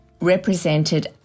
represented